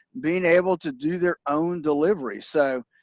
being able to do their own delivery? so,